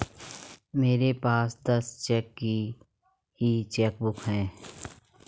मेरे पास दस चेक की ही चेकबुक है